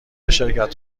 شرکت